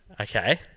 Okay